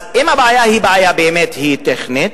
אז אם הבעיה היא באמת טכנית,